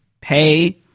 pay